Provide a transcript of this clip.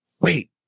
Wait